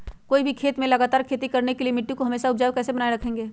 कोई भी खेत में लगातार खेती करने के लिए मिट्टी को हमेसा उपजाऊ कैसे बनाय रखेंगे?